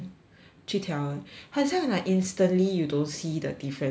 去调很像 like instantly you don't see the difference right but